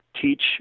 teach